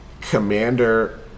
Commander